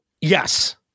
Yes